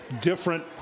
Different